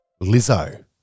Lizzo